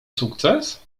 sukces